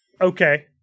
Okay